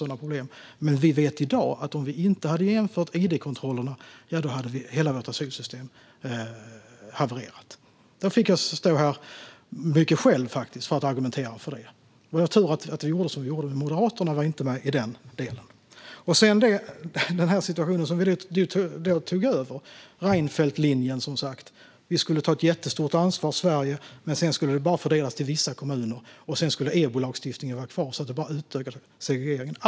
I dag vet vi dock att om vi inte hade infört id-kontrollerna hade hela vårt asylsystem havererat. Jag minns att jag var ganska ensam om att argumentera för detta. Det var ju tur att vi gjorde som vi gjorde, men Moderaterna var inte med på det. Vi tog över en situation, Reinfeldtlinjen, där Sverige skulle ta ett jättestort ansvar men där de asylsökande skulle fördelas bara till vissa kommuner och EBO-lagstiftningen skulle vara kvar så att segregeringen ökade.